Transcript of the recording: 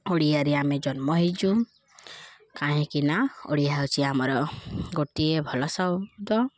ଓଡ଼ିଆରେ ଆମେ ଜନ୍ମ ହେଇଛୁ କାହିଁକିନା ଓଡ଼ିଆ ହେଉଛି ଆମର ଗୋଟିଏ ଭଲ ଶବ୍ଦ